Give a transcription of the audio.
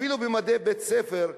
אפילו במדי בית-ספר,